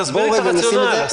תסביר לי את הרציונל.